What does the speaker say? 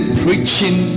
preaching